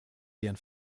deren